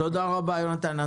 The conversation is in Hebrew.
תודה רבה, יונתן.